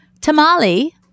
tamale